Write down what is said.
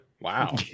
Wow